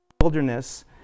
wilderness